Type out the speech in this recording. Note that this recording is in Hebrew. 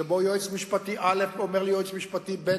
שבהם יועץ משפטי א' אומר ליועץ משפטי ב',